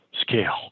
scale